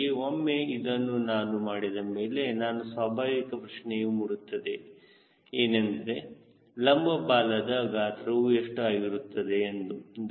ಹೀಗಾಗಿ ಒಮ್ಮೆ ಅದನ್ನು ನಾನು ಮಾಡಿದ ಮೇಲೆ ಒಂದು ಸ್ವಾಭಾವಿಕ ಪ್ರಶ್ನೆಯೂ ಮೂಡುತ್ತದೆ ಏನೆಂದರೆ ಲಂಬ ಬಾಲದ ಗಾತ್ರವು ಎಷ್ಟು ಆಗಿರುತ್ತದೆ ಎಂದು